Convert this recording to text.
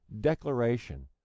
Declaration